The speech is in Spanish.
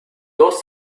dos